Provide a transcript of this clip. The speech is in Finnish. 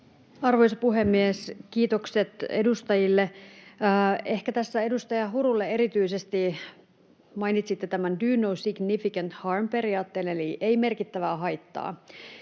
Arvoisa puhemies! Kiitokset edustajille. Ehkä tässä edustaja Hurulle erityisesti. Mainitsitte tämän do no significant harm ‑periaatteen, eli ’ei merkittävää haittaa’.